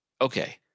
okay